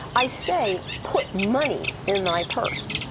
i say, put money in thy purse.